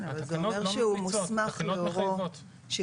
התקנות לא ממליצות, התקנות מחייבות.